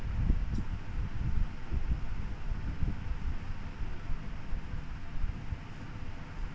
भोजली तिहार ह राखी पुन्नी के दूसर दिन भादो म मनाए जाथे